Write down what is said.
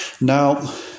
Now